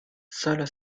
solo